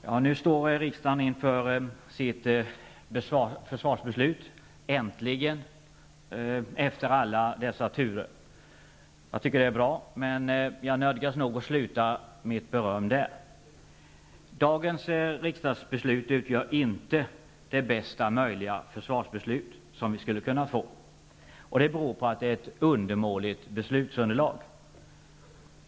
Herr talman! Nu står riksdagen inför sitt försvarsbeslut -- äntligen, efter alla dessa turer! Jag tycker att det är bra, men jag nödgas nog sluta mitt beröm där. Dagens riksdagsbeslut utgör inte det bästa möjliga försvarsbeslut som vi skulle kunna få, och det beror på ett undermåligt beslutsunderlag.